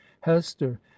hester